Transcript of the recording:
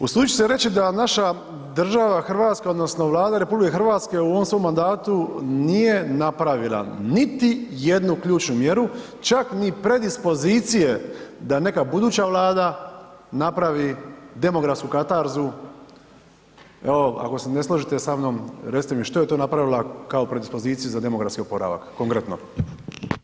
Usudit ću se reći da naša država Hrvatska, odnosno Vlada RH u ovom svom mandatu nije napravila niti jednu ključnu mjeru čak ni predispozicije da neka buduća vlada napravi demografsku katarzu, evo ako se ne složite sa mnom, što je to napravila kao predispoziciju za demografski oporavak, konkretno.